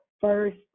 first